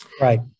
Right